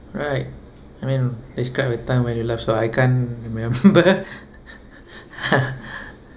right I mean describe a time when you laugh so hard I can't remember